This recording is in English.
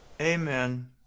Amen